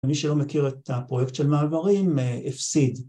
‫אני שלא מכיר את הפרויקט ‫של מעברים, הפסיד.